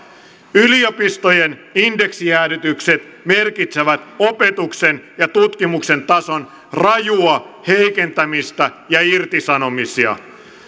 yliopistojen indeksijäädytykset merkitsevät opetuksen ja tutkimuksen tason rajua heikentämistä ja irtisanomisia